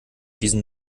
diesen